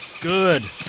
Good